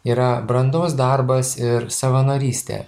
yra brandos darbas ir savanorystė